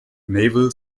naval